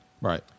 Right